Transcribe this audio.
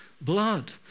blood